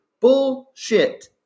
Bullshit